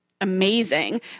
amazing